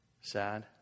Sad